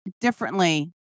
Differently